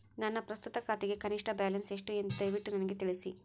ನನ್ನ ಪ್ರಸ್ತುತ ಖಾತೆಗೆ ಕನಿಷ್ಟ ಬ್ಯಾಲೆನ್ಸ್ ಎಷ್ಟು ಎಂದು ದಯವಿಟ್ಟು ನನಗೆ ತಿಳಿಸಿ